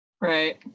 Right